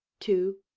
two,